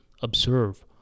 observe